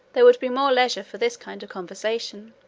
there would be more leisure for this kind of conversation.